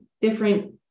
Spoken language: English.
different